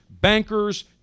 bankers